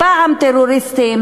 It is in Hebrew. פעם "טרוריסטים",